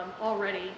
already